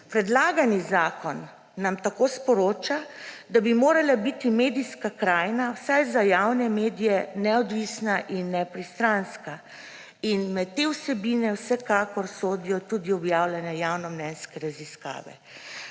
Predlagani zakon nam tako sporoča, da bi morala biti medijska krajina vsaj za javne medije neodvisna in nepristranska. Med te vsebine vsekakor sodijo tudi objavljene javnomnenjske raziskave.